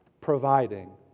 providing